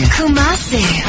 Kumasi